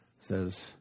says